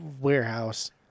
warehouse